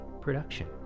production